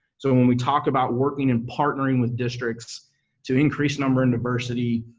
so when when we talk about working and partnering with districts to increase number in diversity,